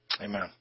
amen